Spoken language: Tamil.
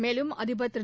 மேலும் அதிபர் திரு